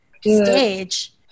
stage